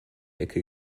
ecke